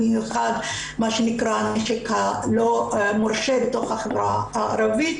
במיוחד במה שנקרא הנשק הלא מורשה בתוך החברה הערבית